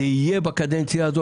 זה יהיה בקדנציה הזאת,